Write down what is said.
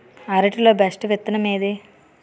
అరటి లో బెస్టు విత్తనం ఏది?